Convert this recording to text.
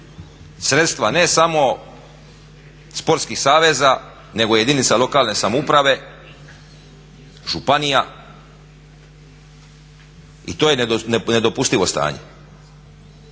sredstva ne samo sportskih saveza nego i jedinice lokalne samouprave, županija i to je nedopustivo stanje.